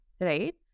right